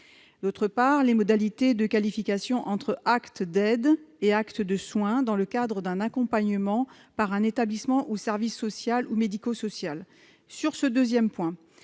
d'autre part, les modalités de qualification entre actes d'aide et actes de soins dans le cadre d'un accompagnement par un établissement ou service social ou médico-social. Sur ce deuxième point,